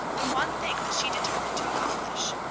the one thing that she determined to accomplish.